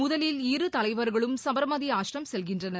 முதலில் இரு தலைவர்களும் சபர்மதிஆசிரமம் செல்கின்றனர்